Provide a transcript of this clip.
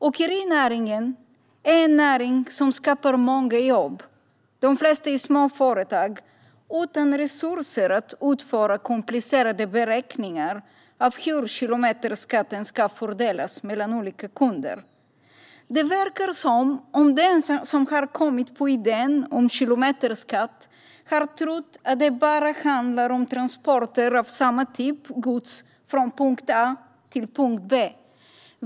Åkerinäringen är en näring som skapar många jobb, de flesta i små företag utan resurser att utföra komplicerade beräkningar av hur kilometerskatten ska fördelas mellan olika kunder. Det verkar som om de som har kommit på idén om kilometerskatt har trott att det bara handlar om transporter av samma typ av gods från punkt A till punkt B.